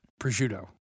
Prosciutto